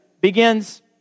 begins